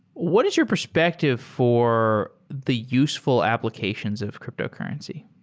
what is your perspective for the useful applications of cryptocurrency?